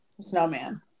snowman